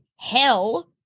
Hell